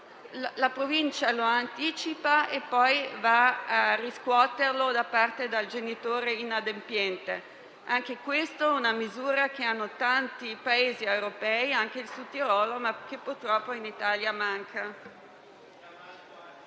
La Provincia lo anticipa e poi va a riscuoterlo dal genitore inadempiente. Anche questa è una misura in vigore in tanti Paesi europei e anche in Sudtirolo che purtroppo in Italia manca.